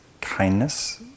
kindness